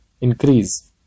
increase